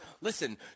Listen